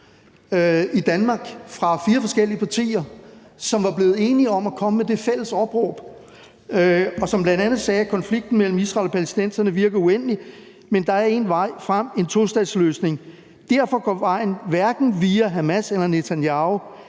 i Danmark fra fire forskellige partier, som var blevet enige om at komme med det fælles opråb, og som bl.a. sagde: Konflikten mellem Israel og palæstinenserne virker uendelig. Men der er en vej frem: en tostatsløsning. Derfor går vejen hverken via Hamas eller Netanyahu.